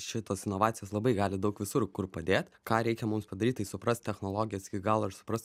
šitos inovacijos labai gali daug visur kur padėt ką reikia mums padaryt tai suprast technologijas iki galo ir suprast